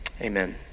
Amen